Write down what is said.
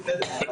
בסדר,